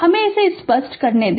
हमे इसे स्पष्ट करने दे